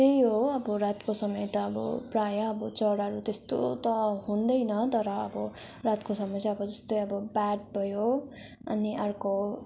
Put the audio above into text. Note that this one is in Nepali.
त्यही हो अब रातको समय त अब प्रायः अब चराहरू त्यस्तो त हुँदैन तर अब रातको समय चाहिँ अब जस्तै अब ब्याट भयो अनि अर्को